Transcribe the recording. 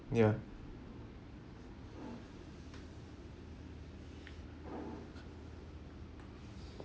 ya